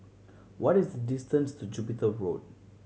what is the distance to Jupiter Road